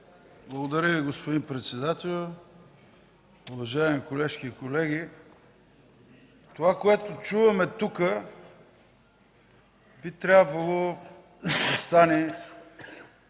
Благодаря Ви, господин председател. Уважаеми колеги, това, което чуваме тук, би трябвало да стане